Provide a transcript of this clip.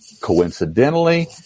coincidentally